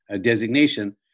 designation